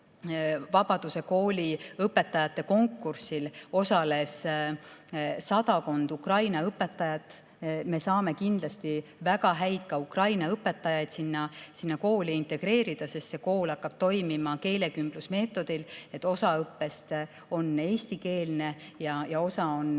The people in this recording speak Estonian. Vabaduse Kooli õpetajate konkursil osales sadakond Ukraina õpetajat. Me saame kindlasti ka väga häid Ukraina õpetajaid sinna kooli integreerida, sest see kool hakkab toimima keelekümblusmeetodil. Osa õppest on eestikeelne ja osa on